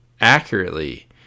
accurately